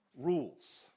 rules